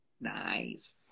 nice